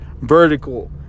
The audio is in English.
vertical